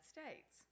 States